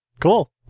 Cool